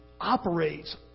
operates